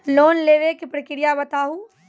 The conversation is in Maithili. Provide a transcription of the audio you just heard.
लोन लेवे के प्रक्रिया बताहू?